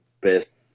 Best